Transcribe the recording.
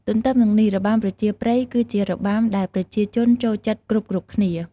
ទន្ទឹមនឹងនេះរបាំប្រជាប្រិយគឹជារបាំដែលប្រជាជនចូលចិត្តគ្រប់ៗគ្នា ។